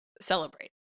celebrate